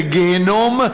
לגיהינום,